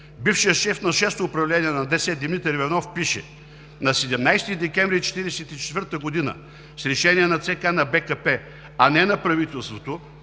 Бившият шеф на Шесто управление на ДС – Димитър Иванов, пише: „На 17 декември 1944 г. с решение на ЦК на БКП, а не на правителството,